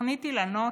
ותוכנית אילנות,